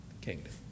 kingdom